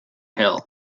hill